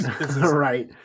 Right